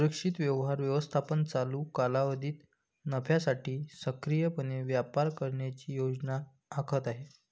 सुरक्षित व्यवहार व्यवस्थापन चालू कालावधीत नफ्यासाठी सक्रियपणे व्यापार करण्याची योजना आखत आहे